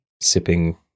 sipping